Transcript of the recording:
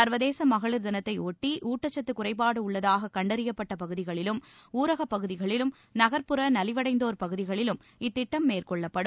சர்வதேச மகளிர் தினத்தை ஒட்டி ஊட்டச்சத்து குறைபாடு உள்ளதாக கண்டறியப்பட்ட பகுதிகளிலும் ஊரக பகுதிகளிலும் நகர்ப்புற நலிவடைந்தோர் பகுதிகளிலும் இத்திட்டம் மேற்கொள்ளப்படும்